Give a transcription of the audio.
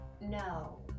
No